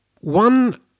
one